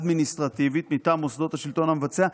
אדמיניסטרטיבית מטעם מוסדות שלטון המבצע,